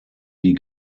die